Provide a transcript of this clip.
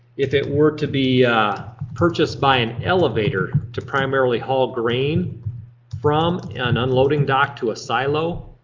if it were to be purchased by an elevator to primarily haul grain from an unloading dock to a silo,